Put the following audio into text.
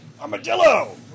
Armadillo